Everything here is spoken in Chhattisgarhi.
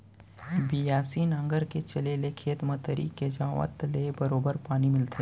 बियासी नांगर के चले ले खेत म तरी के जावत ले बरोबर पानी मिलथे